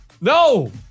No